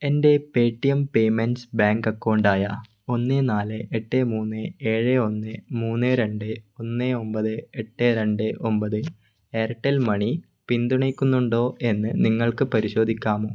എൻ്റെ Paytm payments bank account ആയ ഒന്ന് നാല് എട്ട് മൂന്ന് ഏഴ് ഒന്ന് മൂന്ന് രണ്ട് ഒന്ന് ഒമ്പത് എട്ട് രണ്ട് ഒമ്പത് എയർടെൽ മണി പിന്തുണയ്ക്കുന്നുണ്ടോ എന്ന് നിങ്ങൾക്ക് പരിശോധിക്കാമോ